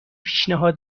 پیشنهاد